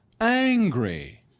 angry